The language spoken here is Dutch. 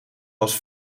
was